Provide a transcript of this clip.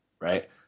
right